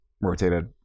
Rotated